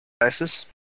devices